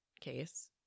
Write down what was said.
case